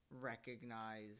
recognize